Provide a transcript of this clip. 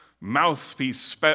Mouthpiece